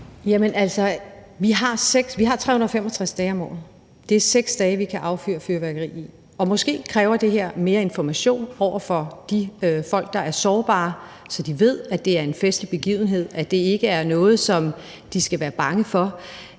vi har 365 dage om året, og det er 6 dage, vi kan affyre fyrværkeri i. Måske kræver det her mere information over for de folk, der er sårbare, så de ved, at det er en festlig begivenhed, og at det ikke er noget, som de skal være bange for.